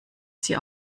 sie